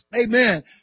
Amen